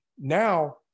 Now